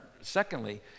secondly